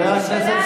שאלה,